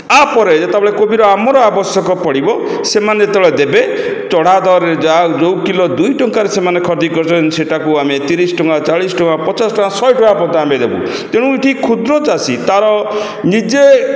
ଏହା ପରେ ଯେତେବେଳେ କୋବିର ଆମର ଯେତେବେଳେ ଆବଶ୍ୟକ ପଡ଼ିବ ସେମାନେ ଯେତେବେଳେ ଦେବେ ଚଢ଼ା ଦରରେ ଯାହା ଯେଉଁ କିଲୋ ଦୁଇ ଟଙ୍କାରେ କରୁଛନ୍ତି ସେଇଟାକୁ ଆମେ ତିରିଶ ଟଙ୍କା ଚାଳିଶ ଟଙ୍କା ପଚାଶ ଟଙ୍କା ଶହେ ଟଙ୍କା ପର୍ଯ୍ୟନ୍ତ ଆମେ ଦେବୁ ତେଣୁ ଏଠି କ୍ଷୁଦ୍ର ଚାଷୀ ତା'ର ନିଜେ